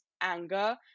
anger